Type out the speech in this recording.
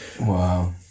Wow